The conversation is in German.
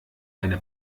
eine